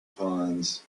pawns